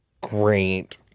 Great